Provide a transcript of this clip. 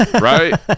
right